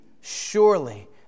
surely